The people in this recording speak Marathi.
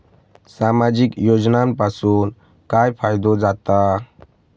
सामाजिक योजनांपासून काय फायदो जाता?